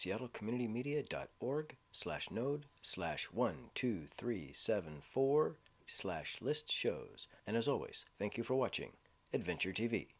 seattle community media dot org slash node slash one two three seven four slash list shows and as always thank you for watching adventure t